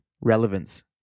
relevance